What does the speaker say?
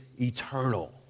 eternal